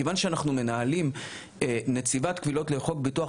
כיוון שאנחנו מנהלים נציבת קבילות לחוק ביטוח